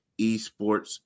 esports